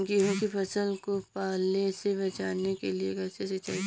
गेहूँ की फसल को पाले से बचाने के लिए कैसे सिंचाई करें?